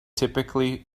typically